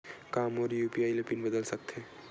का मोर UPI pin बदल सकथे?